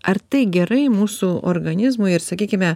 ar tai gerai mūsų organizmui ir sakykime